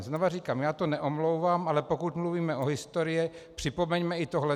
Znovu říkám, já to neomlouvám, ale pokud mluvíme o historii, připomeňme i tohle.